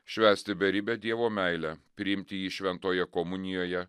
švęsti beribę dievo meilę priimti jį šventoje komunijoje